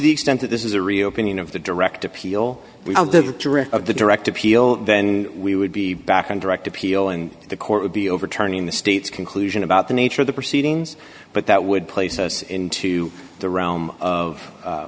the extent that this is a reopening of the direct appeal of the direct appeal then we would be back on direct appeal and the court would be overturning the state's conclusion about the nature of the proceedings but that would place us into the realm of